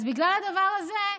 אז בגלל הדבר הזה,